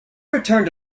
returned